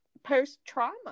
post-trauma